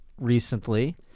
recently